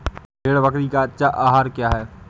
भेड़ बकरी का अच्छा आहार क्या है?